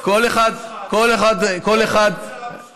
הכלכלה פה מצוינת,